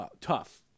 tough